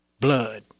blood